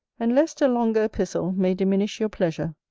and lest a longer epistle may diminish your pleasure,